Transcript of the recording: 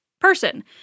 person